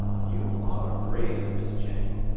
you are brave, miss jenny.